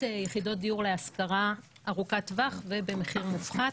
יחידות דיור להשכרה ארוכת טווח ובמחיר מופחת.